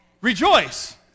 rejoice